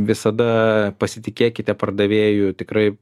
visada pasitikėkite pardavėju tikrai